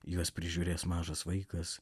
juos prižiūrės mažas vaikas